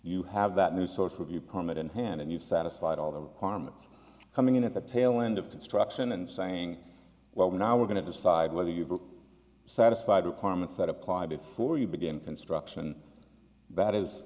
you have that new source of your permit in hand and you've satisfied all the carmine's coming in at the tail end of construction and saying well now we're going to decide whether you've satisfied requirements that apply before you begin construction that is